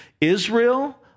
Israel